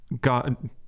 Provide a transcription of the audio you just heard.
God